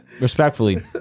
Respectfully